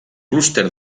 clúster